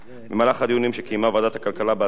במהלך הדיונים שקיימה ועדת הכלכלה בהצעת החוק,